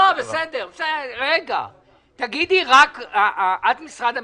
את משרד המשפטים,